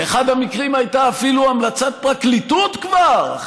באחד המקרים הייתה אפילו המלצת פרקליטות כבר,